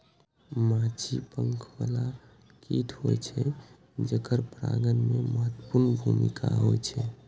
माछी पंख बला कीट होइ छै, जेकर परागण मे महत्वपूर्ण भूमिका होइ छै